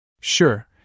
Sure